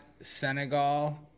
Senegal